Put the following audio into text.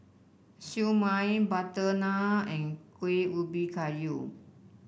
Siew Mai butter naan and Kuih Ubi Kayu